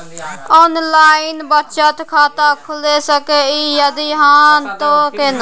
Online बचत खाता खुलै सकै इ, यदि हाँ त केना?